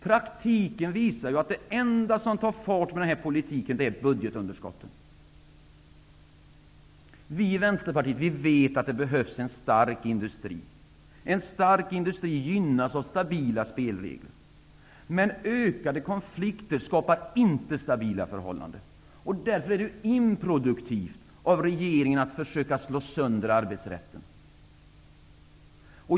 Praktiken visar att det enda som tar fart med den politiken är budgetunderskotten. Vi i Vänsterpartiet vet att det behövs en stark industri. En stark industri gynnas av stabila spelregler. Men ökade konflikter skapar inte stabila förhållanden. Därför är det improduktivt av regeringen att försöka slå sönder arbetsrätten.